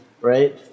right